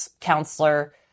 counselor